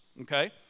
okay